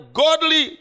godly